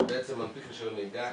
שבעצם מנפיק רישיון נהיגה.